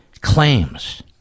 claims